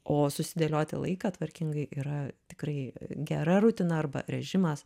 o susidėlioti laiką tvarkingai yra tikrai gera rutina arba režimas